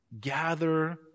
gather